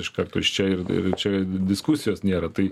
š karto iš čia ir čia diskusijos nėra tai